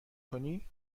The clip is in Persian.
کنی